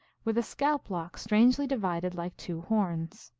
with a scalp-lock strangely divided like two horns.